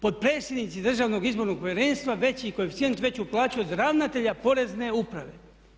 Potpredsjednici Državnog izbornog povjerenstva veći koeficijent, veću plaću od ravnatelja Porezne uprave.